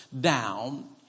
down